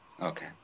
okay